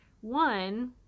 one